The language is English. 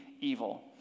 evil